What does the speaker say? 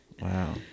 Wow